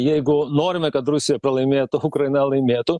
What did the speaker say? jeigu norime kad rusija pralaimėtų ukraina laimėtų